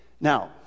Now